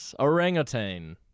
Orangutan